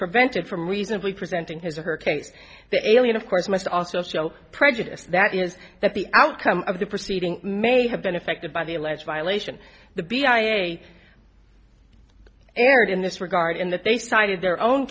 prevented from reasonably presenting his or her case the alien of course must also show prejudice that is that the outcome of the proceeding may have been affected by the alleged violation the b i a erred in this regard in that they cited their own